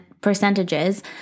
percentages